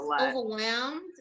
overwhelmed